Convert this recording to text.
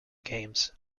games